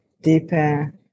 deeper